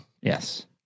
Yes